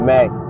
Mac